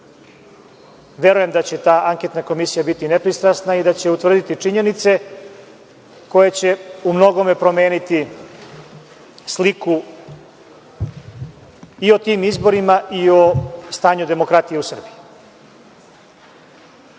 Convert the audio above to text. Verujem da će ta anketna komisija biti nepristrasna i da će utvrditi činjenice koje će umnogome promeniti sliku i o tim izborima i o stanju demokratije u Srbiji. Takođe